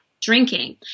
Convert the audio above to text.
drinking